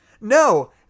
No